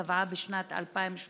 קבעה בשנת 2018